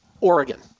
Oregon